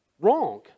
Wrong